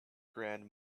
grand